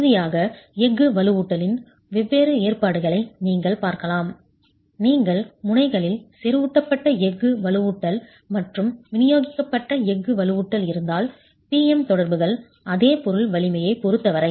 இறுதியாக எஃகு வலுவூட்டலின் வெவ்வேறு ஏற்பாடுகளை நீங்கள் பார்க்கலாம் நீங்கள் முனைகளில் செறிவூட்டப்பட்ட எஃகு வலுவூட்டல் மற்றும் விநியோகிக்கப்பட்ட எஃகு வலுவூட்டல் இருந்தால் P M தொடர்புகள்அதே பொருள் வலிமையைப் பொருத்தவரை